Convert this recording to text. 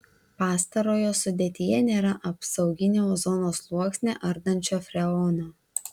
pastarojo sudėtyje nėra apsauginį ozono sluoksnį ardančio freono